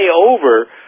over